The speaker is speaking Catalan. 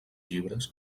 llibres